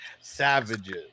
savages